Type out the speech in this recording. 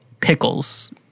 pickles